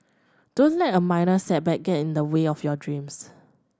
don't let a minor setback get in the way of your dreams